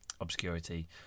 obscurity